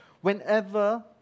Whenever